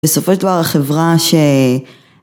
בסופו של דבר החברה ש...